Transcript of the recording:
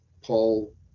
Paul